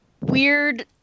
weird